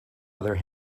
other